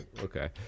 Okay